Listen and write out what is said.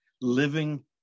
living